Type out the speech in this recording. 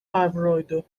avroydu